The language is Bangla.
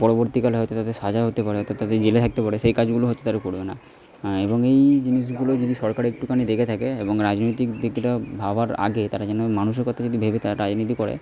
পরবর্তীকালে হয়তো তাদের সাজা হতে পারে অর্থাৎ তাদের জেলে থাকতে পারে সেই কাজগুলো হয়তো তারা করবে না এবং এই জিনিসগুলো যদি সরকার একটুখানি দেখে থাকে এবং রাজনৈতিক দিকটা ভাবার আগে তারা যেন মানুষের কথা যদি ভেবে তারা রাজনীতি করে